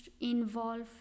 involve